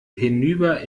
hinüber